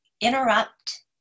interrupt